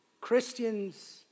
Christians